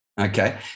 Okay